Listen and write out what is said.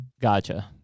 Gotcha